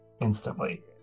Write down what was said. instantly